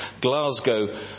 Glasgow